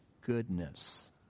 goodness